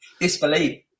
Disbelief